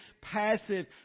passive